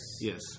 Yes